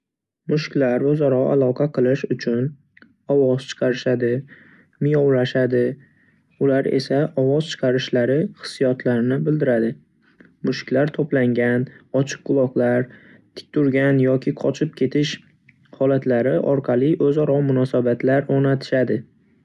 Mushuklar o'zaro aloqa qilish uchun ovoz chiqarishadi, miyovlashadi, ular esa ovoz chiqarishlari hissiyotlarini bildiradi. Mushuklar to'plangan, ochiq quloqlar, tik turgan yoki qochib ketish holatlari orqali o'zaro munosabatlar o'rnatishadi.